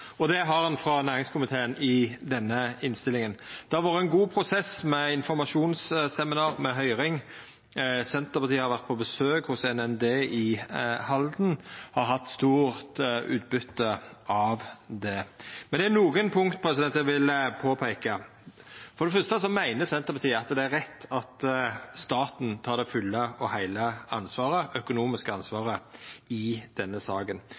og det har ein frå næringskomiteen i denne innstillinga. Det har vore ein god prosess med informasjonsseminar, med høyring. Senterpartiet har vore på besøk hos NND i Halden og har hatt stort utbyte av det. Men det er nokre punkt eg vil påpeika. For det fyrste meiner Senterpartiet at det er rett at staten tek det fulle og heile økonomiske ansvaret i denne saka.